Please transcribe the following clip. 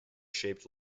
shaped